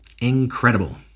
Incredible